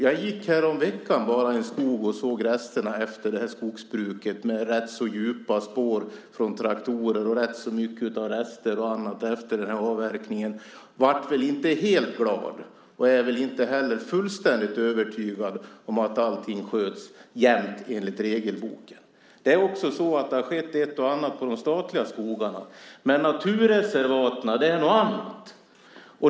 Jag gick häromveckan i en skog och såg resterna efter det här skogsbruket, med rätt så djupa spår från traktorer och rätt mycket rester och annat efter avverkningen. Jag blev inte helt glad och är väl inte heller fullständigt övertygad om att allting jämt sköts enligt regelboken. Det har också skett ett och annat i de statliga skogarna. Men naturreservaten är något annat.